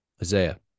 Isaiah